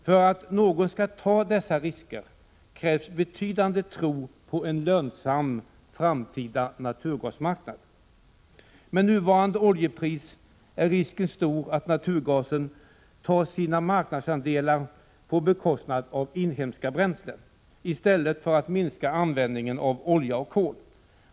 För att någon skall ta dessa risker krävs en betydande tro på en lönsam framtida naturgasmarknad. Med nuvarande oljepris är risken stor att naturgasen tar sina marknadsandelar på bekostnad av inhemska bränslen, i stället för att minska användningen av olja och kol.